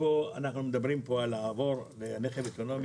אנחנו מדברים פה על מעבר מרכב אוטונומי